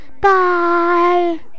Bye